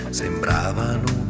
sembravano